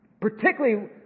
Particularly